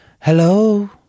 Hello